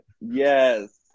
Yes